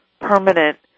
permanent